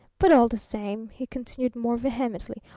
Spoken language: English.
but all the same, he continued more vehemently,